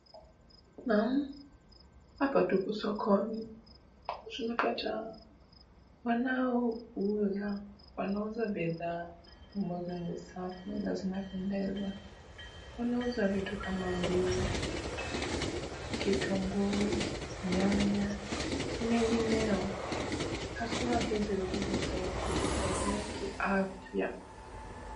Naam, hapa tuko sokoni tunapata wanaouza, wanauza bidhaa ambazo nisafi na zinapendeza. Wanauza vitu kama ndimu, kitunguu, nyanya na mengineo. Haswa hizi vitu hutusaidia kiafya.